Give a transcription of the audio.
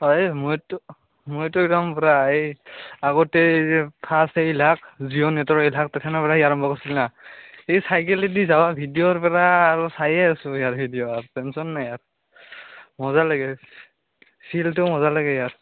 আৰে মইতো মইতো একদম পুৰা এই আগতে এই যে ফাৰ্ষ্ট এই লাক জিঅ' নেটৰ এথান তেথেনৰ পৰাই আৰম্ভ কৰছিলোঁ না এই চাইকেলেদি যাৱা ভিডিঅ'ৰ পৰা আৰু চায়ে আছোঁ ইয়াৰ ভিডিঅ' টেনশ্যন নাই আৰ মজা লাগে চিৰিয়েলটো মজা লাগে ইয়াৰ